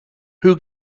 who